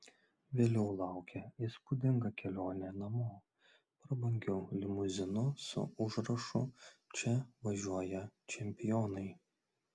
vėliau laukė įspūdinga kelionė namo prabangiu limuzinu su užrašu čia važiuoja čempionai